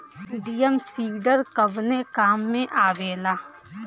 Drum seeder कवने काम में आवेला?